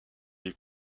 les